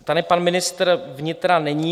Tady pan ministr vnitra není.